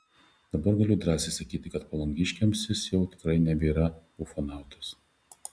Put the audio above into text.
dabar galiu drąsiai sakyti kad palangiškiams jis jau tikrai nebėra ufonautas